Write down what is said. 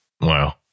Wow